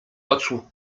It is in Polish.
oczu